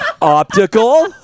optical